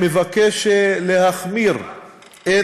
שמבקש להחמיר את